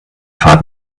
fahrt